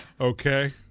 Okay